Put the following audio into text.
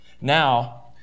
Now